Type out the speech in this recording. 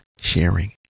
sharing